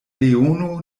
leono